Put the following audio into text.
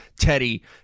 Teddy